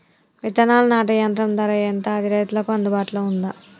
విత్తనాలు నాటే యంత్రం ధర ఎంత అది రైతులకు అందుబాటులో ఉందా?